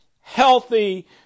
healthy